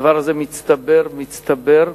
הדבר הזה מצטבר, מצטבר,